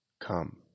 Come